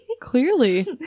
Clearly